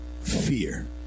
fear